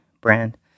brand